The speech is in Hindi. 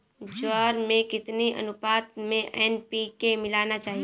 ज्वार में कितनी अनुपात में एन.पी.के मिलाना चाहिए?